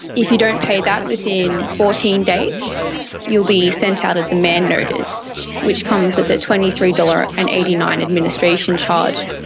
if you don't pay that within fourteen days you will be sent out a demand notice which comes with a twenty three dollars. and eighty nine administration charge,